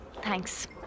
Thanks